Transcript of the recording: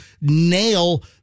nail